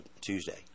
Tuesday